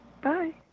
Bye